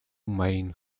main